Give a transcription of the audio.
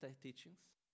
teachings